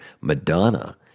Madonna